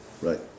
right